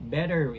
Better